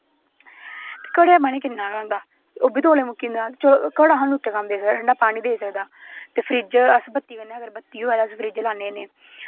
ते घड़े दा पानी किन्ना'क होंदा ओह्बी तौले मुक्की जंदा घड़ा सानूं उत्थै कम्म देई सकदा ठंडा पानी देई सकदा ते फ्रिज्ज अगर अस बत्ती कन्नै बत्ती होऐ ते अस फ्रिज्ज लान्ने होन्ने